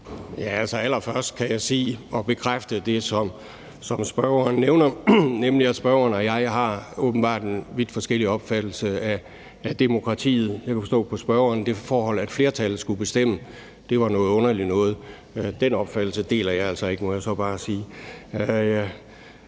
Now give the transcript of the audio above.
(V): Allerførst kan jeg sige og bekræfte det, som spørgeren nævner, nemlig at spørgeren og jeg åbenbart har nogle vidt forskellige opfattelser af demokratiet. Jeg kunne forstå på spørgeren, at det forhold, at flertallet skulle bestemme, var noget underligt noget. Den opfattelse deler jeg altså ikke, må jeg så bare sige.